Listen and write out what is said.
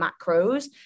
macros